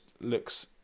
looks